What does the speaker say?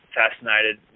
fascinated